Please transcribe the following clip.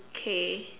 okay